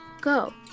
Go